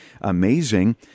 amazing